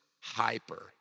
hyper